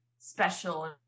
special